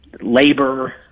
labor